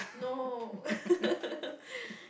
no